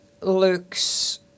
looks